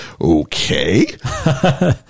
okay